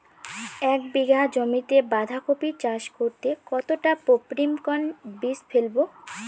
এক বিঘা জমিতে বাধাকপি চাষ করতে কতটা পপ্রীমকন বীজ ফেলবো?